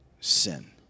sin